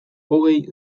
hogei